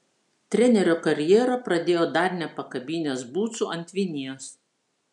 trenerio karjerą pradėjo dar nepakabinęs bucų ant vinies